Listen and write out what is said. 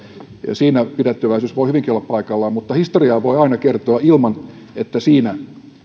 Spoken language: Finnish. siinä pidättyväisyys voi hyvinkin olla paikallaan mutta historiaa voi aina kertoa ilman että siinä